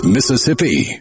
Mississippi